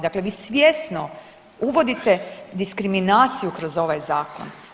Dakle, vi svjesno uvodite diskriminaciju kroz ovaj zakon.